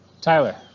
Tyler